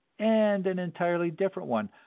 and an entirely different one,